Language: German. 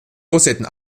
rosetten